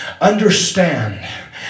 Understand